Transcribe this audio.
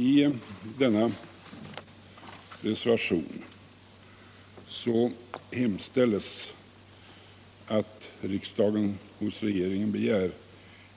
I den reservationen 35 hemställs att riksdagen hos regeringen begär